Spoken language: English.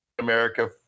America